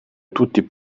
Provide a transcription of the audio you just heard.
tutti